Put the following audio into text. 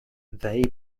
they